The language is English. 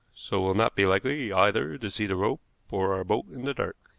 so will not be likely either to see the rope or our boat in the dark.